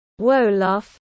Wolof